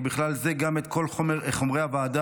ובכלל זה גם את כל חומרי הוועדה,